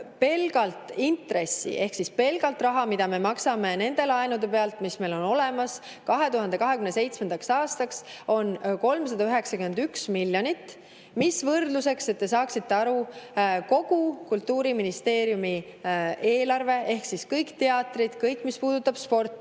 pelgalt intress ehk pelgalt see rahasumma, mida me maksame nende laenude pealt, mis meil on olemas 2027. aastani, on 391 miljonit. Ütlen võrdluseks, et te saaksite aru: kogu Kultuuriministeeriumi eelarve ehk kõik teatrid, kõik, mis puudutab sporti,